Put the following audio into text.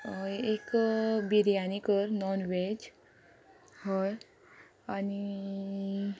आं एक एक बिरयानी कर नॉन व्हेज हय आनी